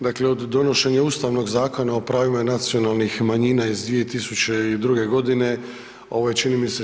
Dakle, od donošenja Ustavnog zakona o pravima nacionalnih manjina iz 2002. g., ovo je čini mi se, 16.